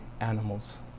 animals